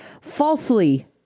falsely